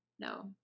No